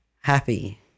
happy